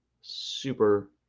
super